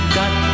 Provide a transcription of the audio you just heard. got